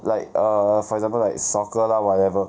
like err for example like soccer lah whatever